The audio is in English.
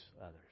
others